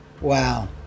wow